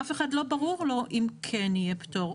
אף אחד לא ברור לו אם כן יהיה פטור,